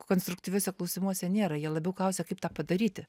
konstruktyviuose klausimuose nėra jie labiau klausia kaip tą padaryti